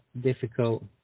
difficult